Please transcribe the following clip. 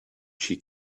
she